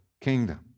kingdom